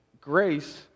grace